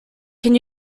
can